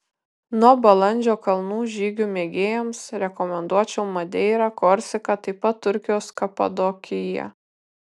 nuo balandžio kalnų žygių mėgėjams rekomenduočiau madeirą korsiką taip pat turkijos kapadokiją